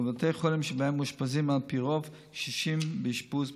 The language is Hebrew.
בבתי חולים שבהם מאושפזים על פי רוב קשישים באשפוז ממושך.